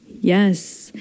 Yes